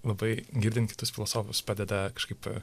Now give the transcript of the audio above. labai girdint kitus filosofus padeda kažkaip